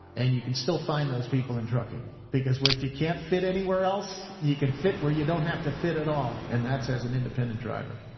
and you can still find those people in trucking because where if you can't fit anywhere else you can fit where you don't have to fit at all. and that's as an independent driver.